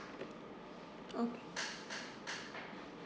oh